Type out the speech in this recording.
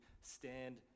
stand